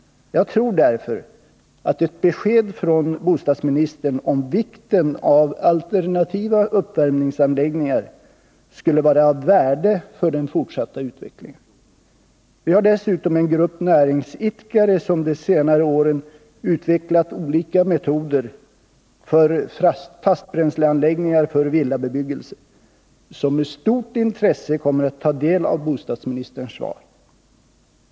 Jag tror därför att ett besked från bostadsministern om vikten av alternativa uppvärmningsanläggningar skulle vara av värde för den fortsatta utvecklingen. Vi har dessutom en grupp näringsidkare som de senaste åren utvecklat olika metoder för fastbränsleanläggningar för villabebyggelse, som med stort intresse kommer att ta del av bostadsministerns svar.